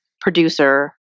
producer